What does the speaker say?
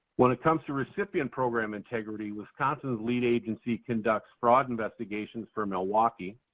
when it comes to recipient program integrity wisconsin's lead agency conducts fraud investigations for milwaukee,